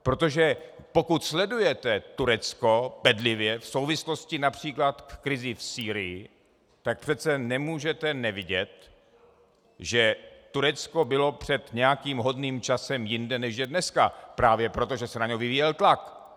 Protože pokud sledujete Turecko bedlivě, v souvislosti např. s krizí v Sýrii, tak přece nemůžete nevidět, že Turecko bylo před nějakým hodným časem jinde, než je dneska, právě proto, že se na ně vyvíjel tlak.